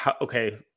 okay